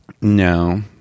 No